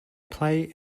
play